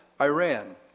Iran